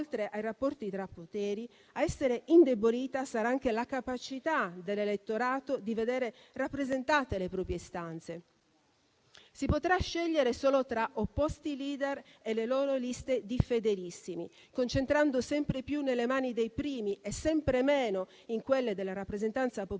oltre ai rapporti tra poteri, a essere indebolita sarà anche la capacità dell'elettorato di vedere rappresentate le proprie istanze. Si potrà scegliere solo tra opposti *leader* e le loro liste di fedelissimi, concentrando sempre più nelle mani dei primi e sempre meno in quelle della rappresentanza popolare